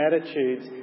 attitudes